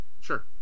Sure